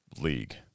league